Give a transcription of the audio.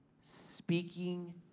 Speaking